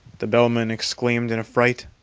the bellman exclaimed in a fright.